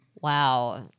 Wow